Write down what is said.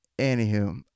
Anywho